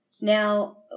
Now